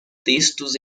textos